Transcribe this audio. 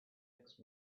next